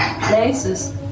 places